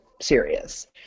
serious